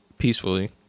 peacefully